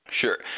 Sure